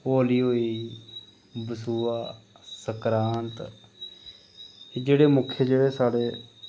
होली होई बसोआ संकरांत एह् मुख्य जेह्ड़े साढ़े